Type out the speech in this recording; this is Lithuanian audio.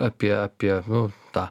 apie apie nu tą